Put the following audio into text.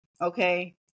okay